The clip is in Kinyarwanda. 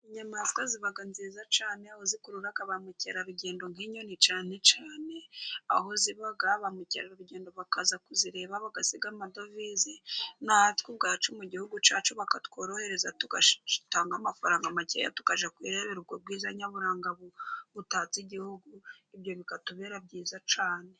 Inyamaswa ziba nziza cyane. Aho zikurura ba mukerarugendo. Nk'inyoni cyane cyane, aho ziba, ba mukerarugendo bakaza kuzireba bagasiga amadovize. Natwe ubwacu, mu gihugu cyacu, bakatworohereza tugatanga amafaranga makeya tukajya kwirebera ubwo bwiza nyaburanga butatse igihugu. Ibyo bikatubera byiza cyane.